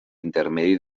intermedi